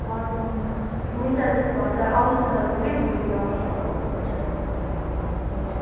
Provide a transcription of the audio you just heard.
हजुर हुन्छ हुन्छ हुन्छ त्यसो भए हजुर आउनुहोस् न तपाईँ भोलि भोलि कुरा गरौँ न हुन्छ हुन्छ